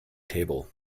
table